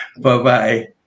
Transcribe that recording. Bye-bye